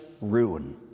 ruin